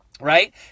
right